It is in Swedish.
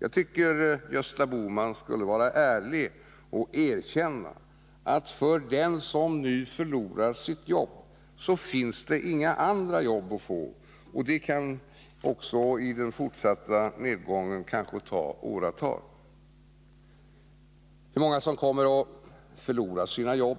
Var ärlig, Gösta Bohman, och erkänn att för dem som nu förlorar sina jobb finns det inga andra jobb att få — och att det i den fortsatta nedgången kan ta åratal att skapa dem! Hur många som kommer att förlora sina jobb